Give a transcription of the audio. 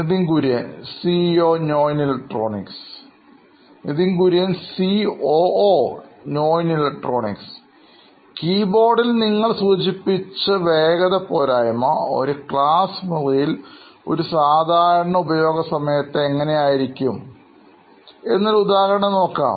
നിതിൻ കുര്യൻ സിഒഒനോയിൻ ഇലക്ട്രോണിക്സ് കീബോർഡിൽ നിങ്ങൾ സൂചിപ്പിച്ച വേഗത പോരായ്മ ഒരു ക്ലാസ് മുറിയിൽ സാധാരണ ഉപയോഗ സമയത്ത് എങ്ങനെ ആയിരിക്കും എന്ന് ഒരു ഉദാഹരണം പറയാം